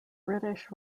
british